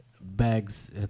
bags